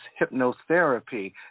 hypnotherapy